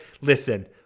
Listen